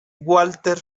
walter